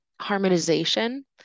harmonization